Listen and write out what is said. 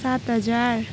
सात हजार